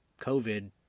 COVID